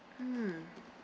mm